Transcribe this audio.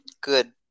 Good